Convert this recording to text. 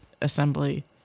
Assembly